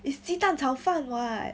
it's 鸡蛋炒炒饭 [what]